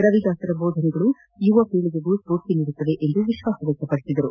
ರವಿದಾಸರ ಬೋಧನೆಗಳು ಯುವ ಪೀಳಿಗೆಗೂ ಸ್ಫೂರ್ತಿ ನೀಡುತ್ತವೆ ಎಂಬ ವಿಶ್ವಾಸ ವ್ಯಕ್ತಪಡಿಸಿದರು